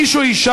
איש או אישה,